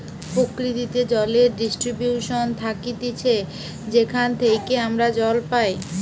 প্রকৃতিতে জলের ডিস্ট্রিবিউশন থাকতিছে যেখান থেইকে আমরা জল পাই